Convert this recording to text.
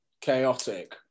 chaotic